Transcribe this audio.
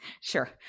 sure